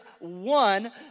one